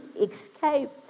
escaped